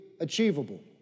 achievable